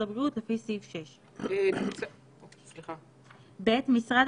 הבריאות לפי סעיף 6. מהשירות וממשרד הבריאותב) משרד